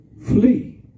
Flee